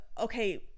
okay